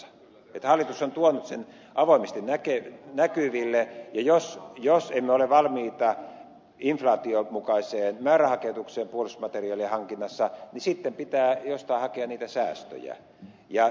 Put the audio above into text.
hallitus on tuonut sen avoimesti näkyville ja jos emme ole valmiita inflaation mukaiseen määrärahakehitykseen puolustusmateriaalien hankinnassa niin sitten pitää jostain hakea niitä säästöjä